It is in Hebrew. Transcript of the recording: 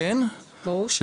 ברור.